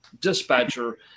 dispatcher